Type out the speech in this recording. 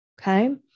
Okay